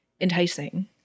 enticing